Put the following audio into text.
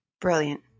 Brilliant